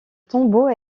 tombeau